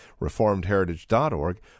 reformedheritage.org